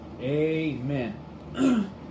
Amen